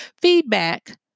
feedback